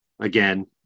again